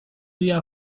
area